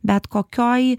bet kokioj